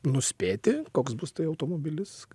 nuspėti koks bus tai automobilis